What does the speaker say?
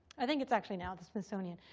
i think it's actually now at the smithsonian.